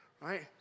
right